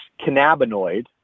cannabinoid